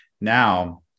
Now